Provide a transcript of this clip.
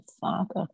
Father